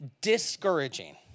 discouraging